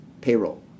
payroll